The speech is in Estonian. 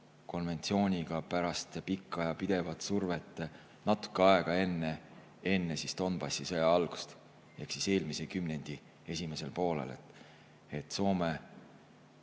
konventsiooniga pärast pikka ja pidevat survet natuke aega enne Donbassi sõja algust ehk eelmise kümnendi esimesel poolel. Nii et Soome